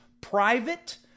private